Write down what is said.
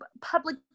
public